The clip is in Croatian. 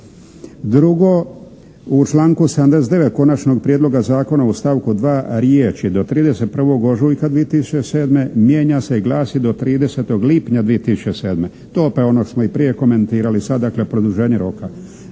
Drugo, u članku 79. konačnog prijedloga zakona u stavku 2. riječi: "do 31. ožujka 2007." mijenja se i glasi: "do 30. lipnja 2007". To je opet ono što smo i prije komentirali, sa dakle produženjem roka.